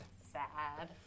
Sad